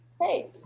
Hey